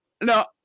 No